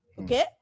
Okay